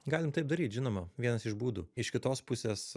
galim taip daryt žinoma vienas iš būdų iš kitos pusės